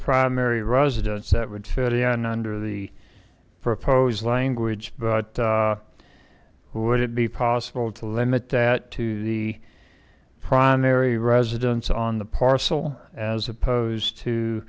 primary residence that would fit in under the proposed language but would it be possible to limit that to the primary residence on the parcel as opposed to